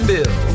Bill